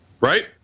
right